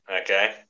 Okay